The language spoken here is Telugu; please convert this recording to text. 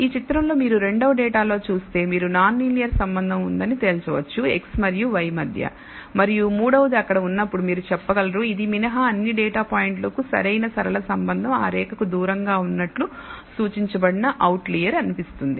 ఈ చిత్రంలో మీరు రెండవ డేటాలో చూస్తే మీరు నాన్ లీనియర్ సంబంధం ఉందని తేల్చవచ్చు x మరియు y మధ్య మరియు మూడవది అక్కడ ఉన్నప్పుడు మీరు చెప్పగలరు ఇది మినహా అన్ని డేటా పాయింట్లకు సరైన సరళ సంబంధం ఆ రేఖకు దూరంగా ఉన్నట్లు సూచించబడిన అవుట్లియర్ అనిపిస్తుంది